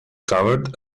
covered